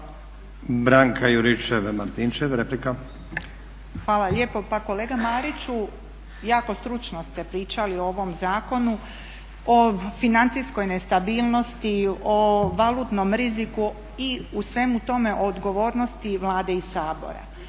replika. **Juričev-Martinčev, Branka (HDZ)** Hvala lijepo. Pa kolega Mariću, jako stručno ste pričali o ovome zakonu o financijskoj nestabilnosti, o valutnom riziku i u svemu tome odgovornosti Vlade i Sabora.